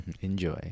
Enjoy